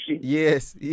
Yes